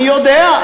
אני יודע,